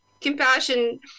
compassion